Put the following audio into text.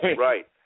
right